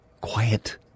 quiet